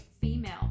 female